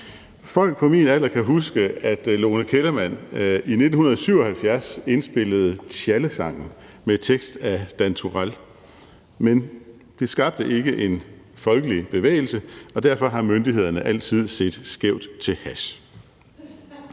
Folk på min alder kan huske, at Lone Kellermann i 1977 indspillede »Tjallesangen« med tekst af Dan Turèll. Men det skabte ikke en folkelig bevægelse, og derfor har myndighederne altid set skævt til hash.